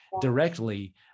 directly